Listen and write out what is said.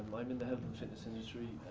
i'm in the health and fitness industry,